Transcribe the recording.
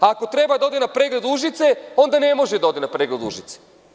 A ako treba da ode na pregled u Užice, onda ne može da ode na pregled u Užice.